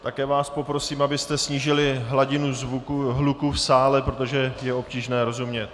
Také vás poprosím, abyste snížili hladinu hluku v sále, protože je obtížné rozumět.